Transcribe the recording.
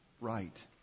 right